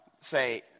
say